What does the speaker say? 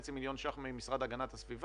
מיליוני שקלים מהמשרד להגנת הסביבה?